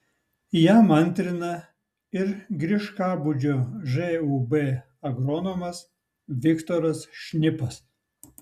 jam antrina ir griškabūdžio žūb agronomas viktoras šnipas